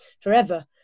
forever